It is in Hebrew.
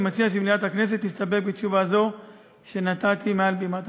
אני מציע שמליאת הכנסת תסתפק בתשובה זו שנתתי מעל בימת הכנסת.